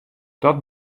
dat